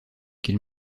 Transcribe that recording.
qu’il